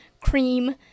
cream